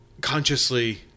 consciously